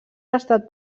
estat